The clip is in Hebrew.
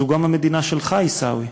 זו גם המדינה שלך, עיסאווי,